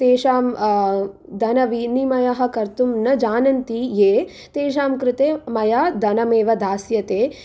तेषां धनविनिमयः कर्तुं न जानन्ति ये तेषां कृते मया धनम् एव दास्यते